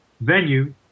venue